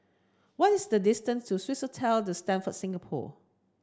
what is the distance to Swissotel The Stamford Singapore